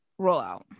rollout